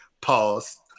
Pause